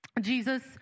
Jesus